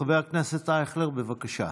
חבר הכנסת אייכלר, בבקשה.